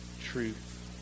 truth